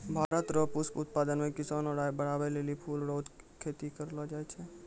भारत रो पुष्प उत्पादन मे किसानो रो आय बड़हाबै लेली फूल रो खेती करलो जाय छै